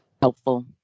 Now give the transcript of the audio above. helpful